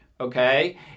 okay